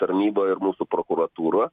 tarnyba ir mūsų prokuratūra